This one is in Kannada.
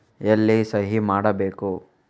ಎಲ್ಲಿ ಸಹಿ ಮಾಡಬೇಕು?